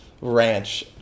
Ranch